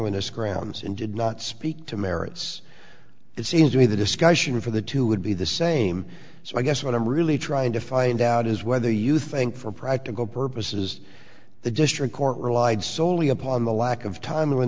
timeliness grounds and did not speak to merits it seems to me the discussion for the two would be the same so i guess what i'm really trying to find out is whether you think for practical purposes the district court relied solely upon the lack of time